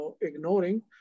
ignoring